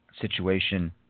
situation